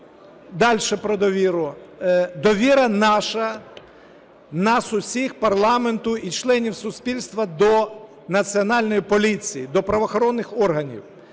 далі: про довіру. Довіра наша, нас усіх – парламенту і членів суспільства – до Національної поліції, до правоохоронних органів.